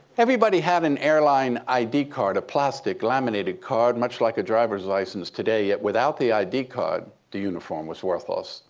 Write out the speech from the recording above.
everybody had an airline id card, a plastic laminated card much like a driver's license today. yet without the id card, the uniform was worthless.